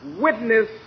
witness